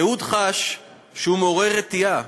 אהוד חש שהוא מעורר רתיעה